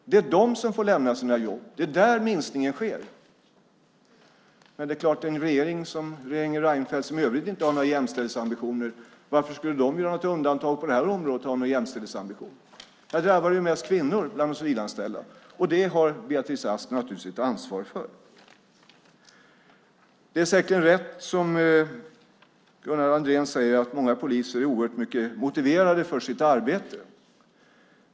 Det är de som får lämna sina jobb. Det är där minskningen sker. Men varför skulle en regering som regeringen Reinfeldt, som i övrigt inte har några jämställdhetsambitioner, göra något undantag på det här området och ha en jämställdhetsambition? Bland de civilanställda är det mest kvinnor som drabbas. För detta har Beatrice Ask naturligtvis ett ansvar. Det är säkerligen rätt att, som Gunnar Andrén säger, många poliser är oerhört motiverade för sitt arbete.